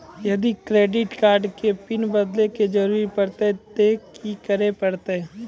यदि credit card के PIN बदले के जरूरी परतै ते की करे परतै?